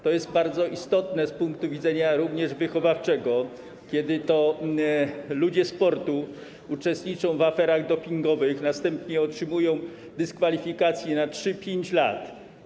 To jest bardzo istotne z punktu widzenia wychowawczego, kiedy to ludzie sportu uczestniczą w aferach dopingowych, następnie otrzymują dyskwalifikację na 3–5 lat.